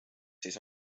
siis